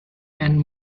and